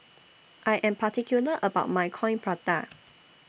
I Am particular about My Coin Prata